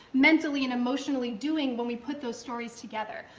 mentally, and emotionally doing when we put those stories together?